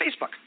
Facebook